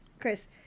Chris